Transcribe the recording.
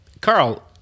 Carl